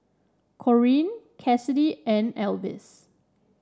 Corrine Kassidy and Alvis